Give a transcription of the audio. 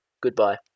Goodbye